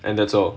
and that's all